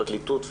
הפרקליטות,